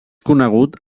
conegut